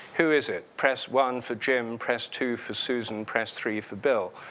who is it? press one for jim, press two for susan, press three for bill.